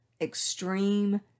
extreme